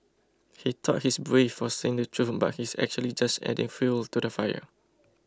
he thought he's brave for saying the truth but he's actually just adding fuel to the fire